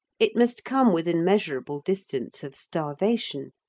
it must come within measurable distance of starvation,